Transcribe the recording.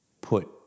put